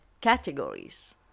categories